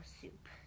soup